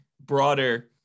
broader